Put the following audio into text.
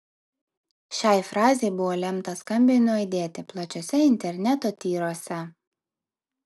šiai frazei buvo lemta skambiai nuaidėti plačiuose interneto tyruose